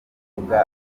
bavuga